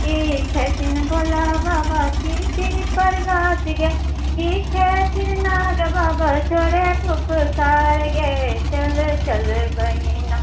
कि खेथिन भोला बाबा कि पिप्पर गाछ ये कि खेथिन नाग बाबा छोड़े फुफकार ये चलऽ चलऽ बहिना